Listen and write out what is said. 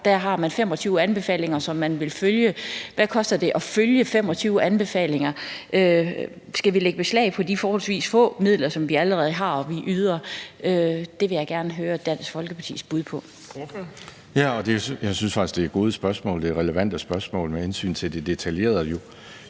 Der er 25 anbefalinger, som man vil følge. Hvad koster det at følge 25 anbefalinger? Skal vi lægge beslag på de forholdsvis få midler, som vi allerede har og yder? Det vil jeg gerne høre Dansk Folkepartis bud på. Kl. 21:16 Den fg. formand (Erling Bonnesen): Ordføreren.